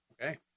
okay